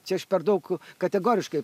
čia aš per daug kategoriškai